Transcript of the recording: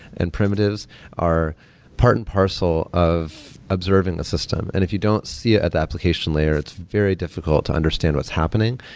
and primitives and part and parcel of observing the system and if you don't see it at the application layer, it's very difficult to understand what's happening.